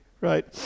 right